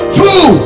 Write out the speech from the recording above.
two